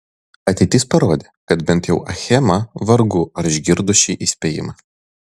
ateitis parodė kad bent jau achema vargu ar išgirdo šį įspėjimą